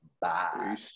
Bye